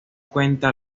cuenta